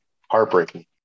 Heartbreaking